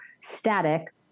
static